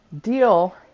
deal